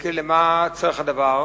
וכי למה צריך את הדבר?